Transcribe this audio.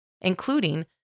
including